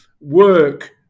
Work